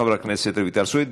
חברת רויטל סויד,